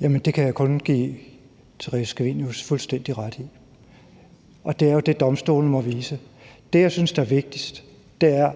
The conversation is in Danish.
det kan jeg kun give Theresa Scavenius fuldstændig ret i, og det er jo det, domstolene må vise. Det, jeg synes der er vigtigst, er,